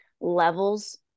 levels